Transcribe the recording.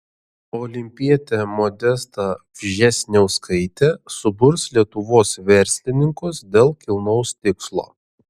olimpietė modesta vžesniauskaitė suburs lietuvos verslininkus dėl kilnaus tikslo